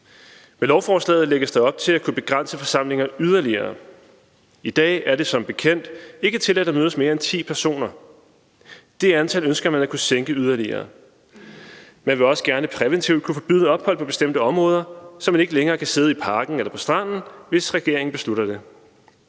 Med lovforslaget lægges der op til at kunne begrænse forsamlinger yderligere. I dag er det som bekendt ikke tilladt at mødes mere end ti personer. Det antal ønsker man at kunne sænke yderligere. Man vil også gerne præventivt kunne forbyde ophold på bestemte områder, så man ikke længere kan sidde i parken eller på stranden, hvis regeringen beslutter det.